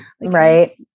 Right